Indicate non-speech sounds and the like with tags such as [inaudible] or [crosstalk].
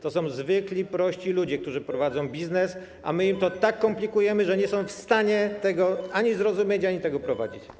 To są zwykli, prości ludzie, którzy [noise] prowadzą biznes, a my im to tak komplikujemy, że nie są w stanie tego ani zrozumieć, ani prowadzić.